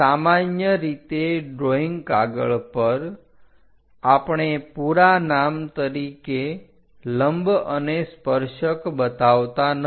સામાન્ય રીતે ડ્રોઈંગ કાગળ પર આપણે પૂરા નામ તરીકે લંબ અને સ્પર્શક બતાવતા નથી